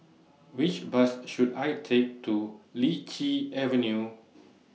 Which Bus should I Take to Lichi Avenue